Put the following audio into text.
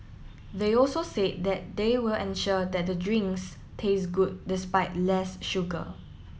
they also said that they will ensure that the drinks taste good despite less sugar